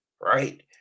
right